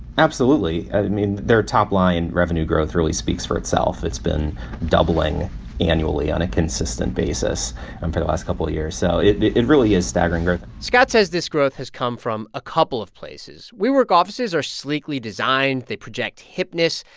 absolutely. i mean, their top-line revenue growth really speaks for itself. it's been doubling annually on a consistent basis and for the last couple of years, so it it really is staggering growth scott says this growth has come from a couple of places. wework offices are sleekly designed. they project hipness,